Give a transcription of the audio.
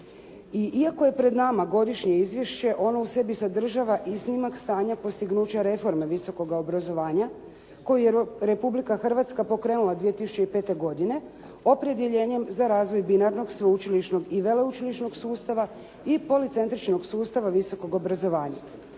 iako je pred nama godišnje izvješće, ono u sebi sadržava iznimak stanja postignuća reforme visokoga obrazovanja koji je Republika Hrvatska pokrenula 2005. godine, opredjeljenjem za razvoj binarnog sveučilišnog i veleučilišnog sustava i policentričnog sustava visokog obrazovanja.